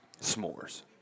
S'mores